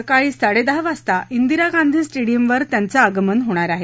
सकाळी साडेदहा वाजता इंदिरा गांधी स्टेडियमवर त्याचं आगमन होणार आहे